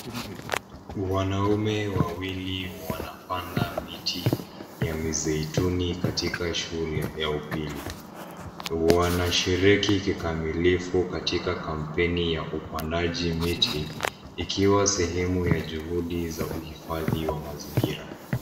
Wanaume wawili wanapanda miti ya mizeituni katika shule ya upili. Wanashiriki kikamilifu katika kampeni ya upandaji miti, ikiwa sehemu ya juhudi za uhifadhi wa mazingira.